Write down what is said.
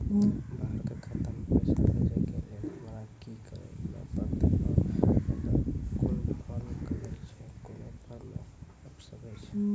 बाहर के खाता मे पैसा भेजै के लेल हमरा की करै ला परतै आ ओकरा कुन फॉर्म कहैय छै?